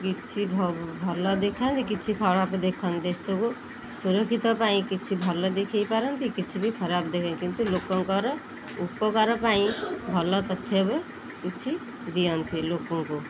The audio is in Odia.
କିଛି ଭଲ ଦେଖାନ୍ତି କିଛି ଖରାପ ଦେଖନ୍ତି ଦେଶକୁ ସୁରକ୍ଷିତ ପାଇଁ କିଛି ଭଲ ଦେଖାଇ ପାରନ୍ତି କିଛି ବି ଖରାପ ଦେଖନ୍ତି କିନ୍ତୁ ଲୋକଙ୍କର ଉପକାର ପାଇଁ ଭଲ ତଥ୍ୟ ବି କିଛି ଦିଅନ୍ତି ଲୋକଙ୍କୁ